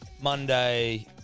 Monday